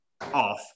off